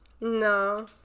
No